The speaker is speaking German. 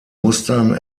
mustern